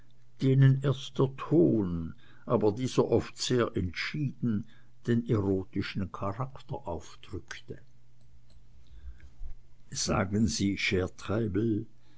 denen erst der ton aber dieser oft sehr entschieden den erotischen charakter aufdrückte sagen sie cher treibel